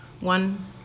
one